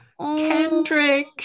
Kendrick